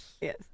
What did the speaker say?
Yes